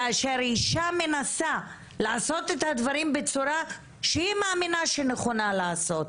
כאשר אישה מנסה לעשות את הדברים בצורה שהיא מאמינה שנכונה לעשות,